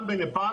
גם בנפאל,